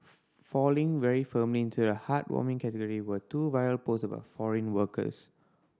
falling very firmly into the heartwarming category were two viral posts about foreign workers